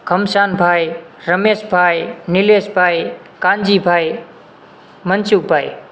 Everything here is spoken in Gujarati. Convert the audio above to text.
ખમશાનભાઈ રમેશભાઈ નિલેષભાઈ કાનજીભાઈ મનસુખભાઈ